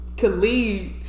khalid